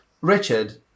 Richard